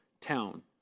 town